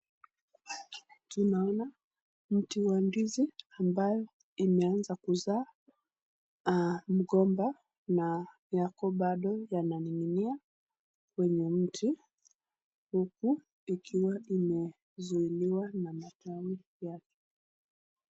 Tunaona mti wa ndizi ambayo imeanza kuzaa mgomba na yako bado yananing'inia kwenye mti huku ikiwa imezuiliwa na matawi yake.